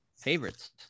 favorites